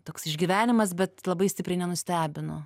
toks išgyvenimas bet labai stipriai nenustebino